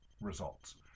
results